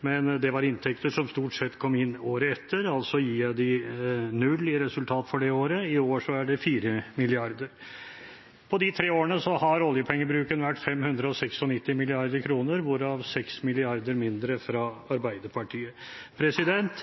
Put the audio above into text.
men det var inntekter som stort sett kom inn året etter, altså gir jeg dem null i resultat for det året. I år er det 4 mrd. kr. På de tre årene har oljepengebruken vært 596 mrd. kr, hvorav 6 mrd. kr mindre fra Arbeiderpartiet.